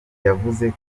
yavuze